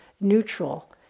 neutral